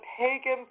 pagan